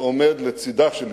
שעומד לצדה של ישראל.